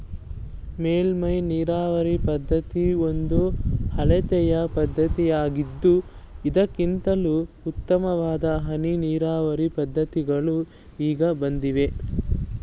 ಮೇಲ್ಮೈ ನೀರಾವರಿ ಪದ್ಧತಿ ಒಂದು ಹಳೆಯ ಪದ್ಧತಿಯಾಗಿದ್ದು ಇದಕ್ಕಿಂತಲೂ ಉತ್ತಮವಾದ ಹನಿ ನೀರಾವರಿ ಪದ್ಧತಿಗಳು ಈಗ ಬಂದಿವೆ